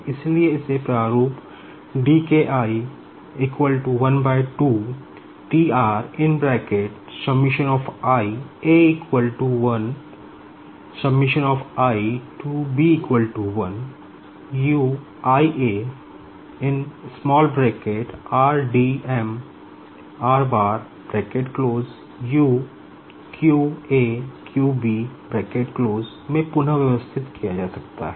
इसलिएए इसे विशेष प्रारूप में पुनः व्यवस्थित किया जा सकता है